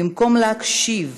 במקום להקשיב,